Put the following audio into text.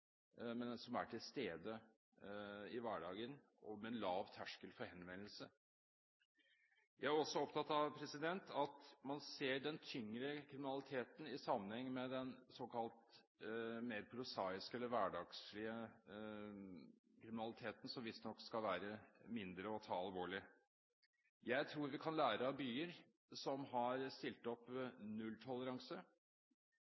men som er til stede i hverdagen, med lav terskel for henvendelse. Jeg er også opptatt av at man ser den tyngre kriminaliteten i sammenheng med den såkalt mer hverdagslige eller prosaiske kriminaliteten, som visstnok skal være mindre alvorlig. Jeg tror vi kan lære av byer med nulltoleranse. Det har